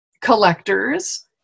collectors